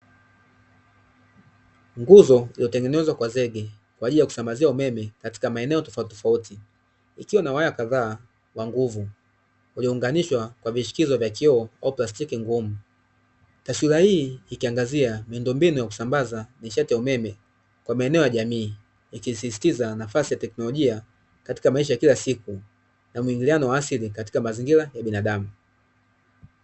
Nguzo iliyotengenezwa kwa zege kwa ajili ya kusambazia umeme katika maeneo tofautitofauti ikiwa na waya kadhaa wa nguvu, iliyoungananishwa kwa vishikizo vya kioo au plastiki ngumu. Taswira hii ikiangazia miundombinu ya kusambaza nishati ya umeme kwa maeneo ya jamiii, ikisisistiza nafasi ya tekinolojia katika maisha ya kila siku na muingiliano wa asili katika maisha ya binadamu.